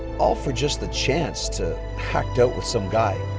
all for just the chance to act out with some guy,